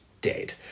dead